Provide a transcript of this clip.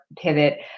pivot